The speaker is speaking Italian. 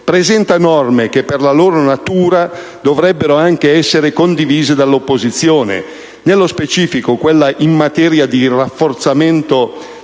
presenta norme che per la loro natura dovrebbero anche essere condivise dall'opposizione. Mi riferisco, nello specifico, a quelle in materia di rafforzamento